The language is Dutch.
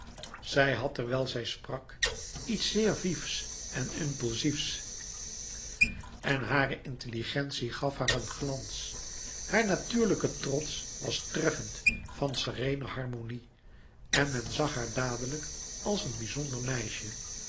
zij had terwijl zij sprak iets zeer vifs en impulsiefs en hare intelligentie gaf haar een glans haar natuurlijke trots was treffend van sereene harmonie en men zag haar dadelijk als een bizonder meisje